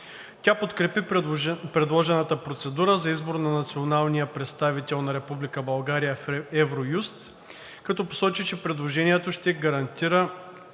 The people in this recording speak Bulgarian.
Тя подкрепи предложената процедура за избор на националния представител на Република България в Евроюст, като посочи, че предложението ще гарантира